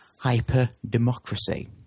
Hyper-democracy